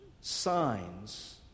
signs